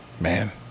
Man